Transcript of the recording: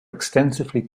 extensively